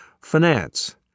Finance